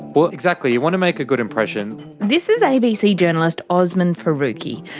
well, exactly you want to make a good impression. this is abc journalist osman faruqi.